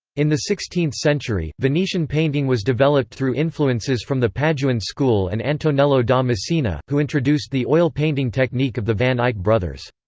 in the sixteenth century, venetian painting was developed through influences from the paduan school and antonello da messina, who introduced the oil painting technique of the van eyck brothers.